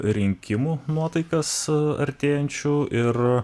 rinkimų nuotaiką su artėjančiu ir